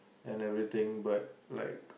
and everything but like